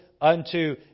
unto